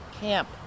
camp